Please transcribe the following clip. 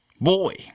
Boy